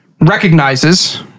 recognizes